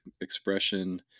expression